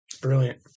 Brilliant